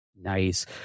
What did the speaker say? Nice